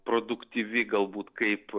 produktyvi galbūt kaip